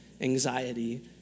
anxiety